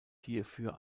hierfür